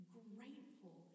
grateful